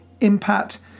impact